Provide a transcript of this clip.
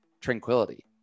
tranquility